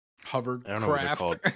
hovercraft